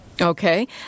Okay